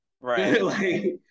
right